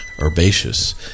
Herbaceous